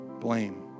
blame